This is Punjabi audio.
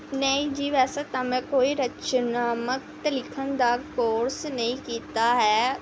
ਨਹੀਂ ਜੀ ਵੈਸੇ ਤਾਂ ਮੈਂ ਕੋਈ ਰਚਨਾਤਮਕ ਲਿਖਣ ਦਾ ਕੋਰਸ ਨਹੀਂ ਕੀਤਾ ਹੈ